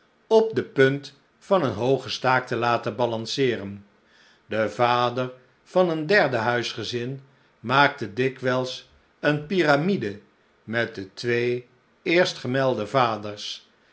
op df punt van een hoogen staak te laten balanceeren de vader van een derde huisgezin maakte dikwijls een piramide met de twee eerstgemelde vaders